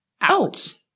out